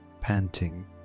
panting